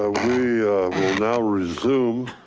ah we will now resume